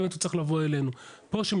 יש לו בקשה,